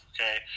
okay